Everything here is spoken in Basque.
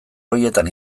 horietan